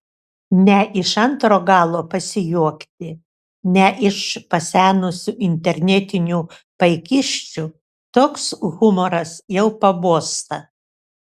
ne iš antro galo pasijuokti ne iš pasenusių internetinių paikysčių toks humoras jau pabosta